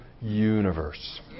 universe